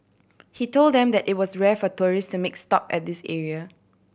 he told them that it was rare for tourist to make a stop at this area